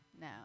No